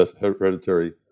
hereditary